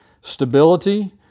stability